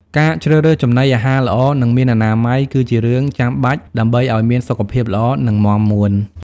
ការជ្រើសរើសចំណីអាហារល្អ និងមានអនាម័យ គឺជារឿងចាំបាច់ដើម្បីឲ្យមានសុខភាពល្អ និងមាំមួន។